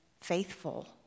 faithful